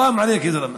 חראם עליכ, יא זאלמה.